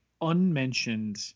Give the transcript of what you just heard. unmentioned